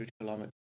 kilometers